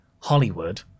Hollywood